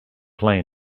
play